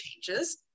changes